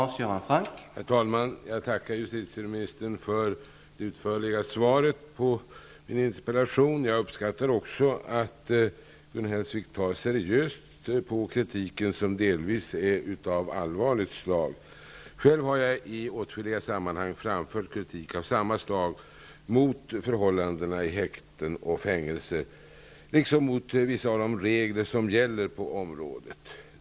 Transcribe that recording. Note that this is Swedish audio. Herr talman! Jag tackar justitieministern för det utförliga svaret på min interpellation. Jag uppskattar också att Gun Hellsvik tar seriöst på kritiken, som delvis är av allvarligt slag. Själv har jag i åtskilliga sammanhang framfört kritik av samma slag mot förhållanden i häkten och fängelser, liksom mot vissa av de regler som gäller på området.